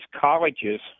colleges